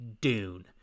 Dune